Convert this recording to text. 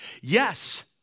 Yes